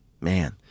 man